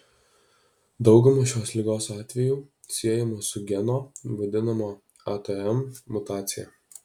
dauguma šios ligos atvejų siejama su geno vadinamo atm mutacija